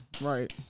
right